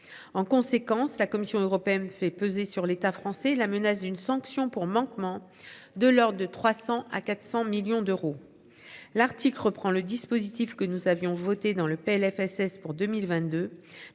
En conséquence, la Commission européenne fait peser sur l'état français. La menace d'une sanction pour manquement de l'ordre de 300 à 400 millions d'euros. L'Arctique reprend le dispositif que nous avions voté dans le Plfss pour 2022